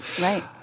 right